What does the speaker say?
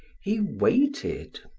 he waited.